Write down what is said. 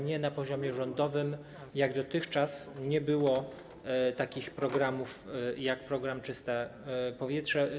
Nie, na poziomie rządowym dotychczas nie było takich programów jak program „Czyste powietrze”